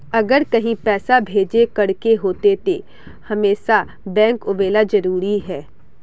अगर कहीं पैसा भेजे करे के होते है तो हमेशा बैंक आबेले जरूरी है?